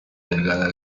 delgada